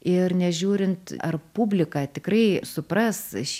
ir nežiūrint ar publika tikrai supras